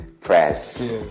press